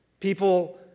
people